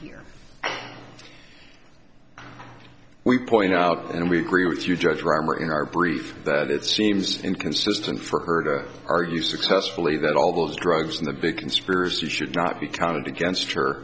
here we point out and we agree with you judge reimer in our brief that it seems inconsistent for her to argue successfully that all those drugs in the big conspiracy should not be counted against her